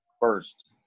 first